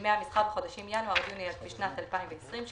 בימי המסחר בחודשים ינואר עד יוני בשנת 2020.";